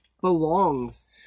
belongs